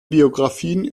biografien